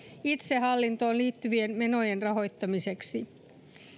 itsehallintoon liittyvien menojen rahoittamiseksi